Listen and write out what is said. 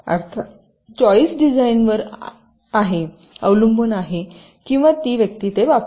अर्थातचॉईस डिझाइनरवर अवलंबून आहे किंवा ती व्यक्ती वापरते